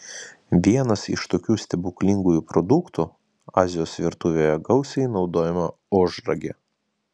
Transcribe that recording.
vienas iš tokių stebuklingųjų produktų azijos virtuvėje gausiai naudojama ožragė